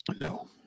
No